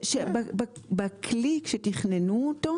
בכלי שתכננו אותו,